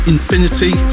Infinity